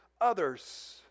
others